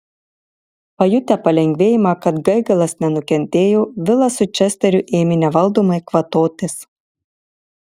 pajutę palengvėjimą kad gaigalas nenukentėjo vilas su česteriu ėmė nevaldomai kvatotis